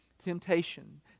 temptation